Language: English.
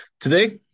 Today